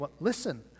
listen